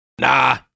nah